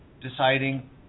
deciding